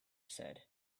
said